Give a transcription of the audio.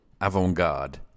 avant-garde